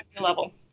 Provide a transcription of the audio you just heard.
level